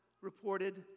reported